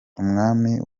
umwami